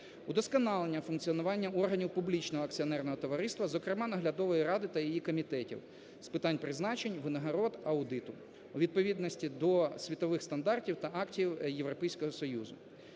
Удосконалення функціонування органів публічного акціонерного товариства, зокрема, наглядової ради та її комітетів з питань призначень, винагород, аудиту у відповідності до світових стандартів та актів Європейського Союзу.